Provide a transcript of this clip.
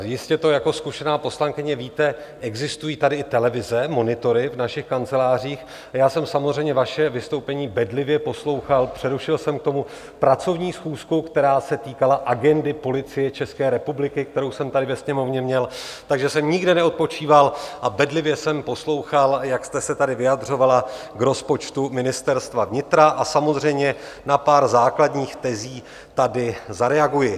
Jistě to jako zkušená poslankyně víte, existují tady i televize, monitory v našich kancelářích, a já jsem samozřejmě vaše vystoupení bedlivě poslouchal, přerušil jsem k tomu pracovní schůzku, která se týkala agendy Policie ČR, kterou jsem tady ve Sněmovně měl, takže jsem nikde neodpočíval a bedlivě jsem poslouchal, jak jste se tady vyjadřovala k rozpočtu Ministerstva vnitra, a samozřejmě na pár základních tezí tady zareaguji.